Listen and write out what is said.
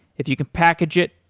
if you can package it,